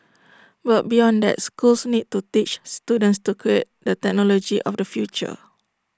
but beyond that schools need to teach students to create the technology of the future